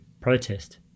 protest